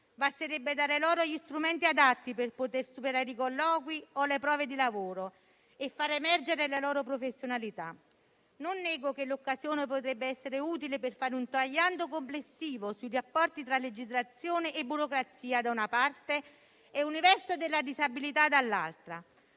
basterebbe dare loro gli strumenti adatti per poter superare i colloqui o le prove di lavoro e fare emergere le loro professionalità. Non nego che l'occasione potrebbe essere utile per fare un tagliando complessivo sui rapporti tra legislazione e burocrazia - da una parte - e universo della disabilità - dall'altra